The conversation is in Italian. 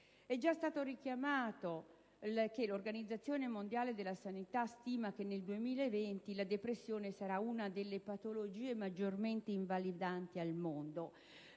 è già stato rilevato, l'Organizzazione mondiale della sanità stima che nel 2020 la depressione sarà una delle patologie maggiormente invalidanti al mondo,